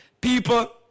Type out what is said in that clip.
People